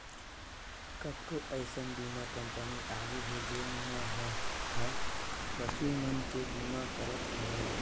कतको अइसन बीमा कंपनी आगे हे जेन मन ह पसु मन के बीमा करत हवय